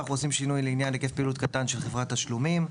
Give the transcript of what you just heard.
אנחנו עושים שינוי לגבי היקף פעילות קטן של חברת תשלומים.